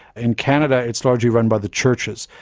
in canada it's largely run by the churches.